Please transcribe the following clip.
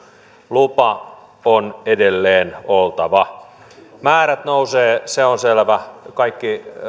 lupa on edelleen oltava määrät nousevat se on selvä kaikki